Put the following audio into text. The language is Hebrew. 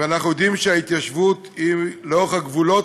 ואנחנו יודעים שההתיישבות היא לאורך הגבולות,